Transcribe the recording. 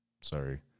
sorry